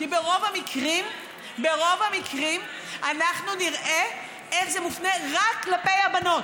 כי ברוב המקרים אנחנו נראה איך זה מופנה רק כלפי הבנות.